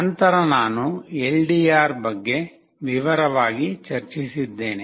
ನಂತರ ನಾನು LDR ಬಗ್ಗೆ ವಿವರವಾಗಿ ಚರ್ಚಿಸಿದ್ದೇನೆ